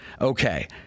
Okay